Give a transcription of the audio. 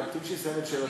להקפיד שיסיים את שאלתו,